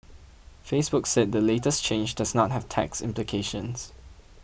Facebook said the latest change does not have tax implications